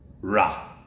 Ra